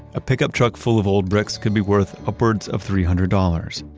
a pickup truck full of old bricks could be worth upwards of three hundred dollars.